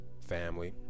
family